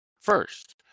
first